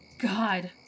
God